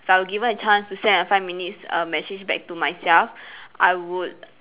if I were given the chance to send a five minutes err message back to myself I would